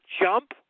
jump